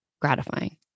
gratifying